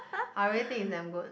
I really think is damn good